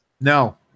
No